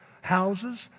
houses